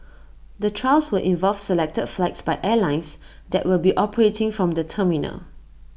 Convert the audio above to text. the trials will involve selected flights by airlines that will be operating from the terminal